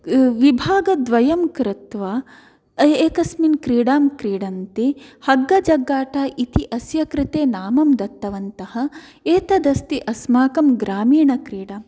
विभागद्वयं कृत्वा एकस्मिन् क्रीडां क्रीडन्ति हग्गजगट इति अस्य कृते नामं दत्तवन्तः एतदस्ति अस्माकं ग्रामीणक्रीडा